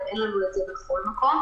ואין לנו את זה בכל מקום,